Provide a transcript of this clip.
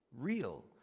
real